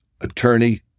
Attorney